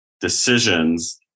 decisions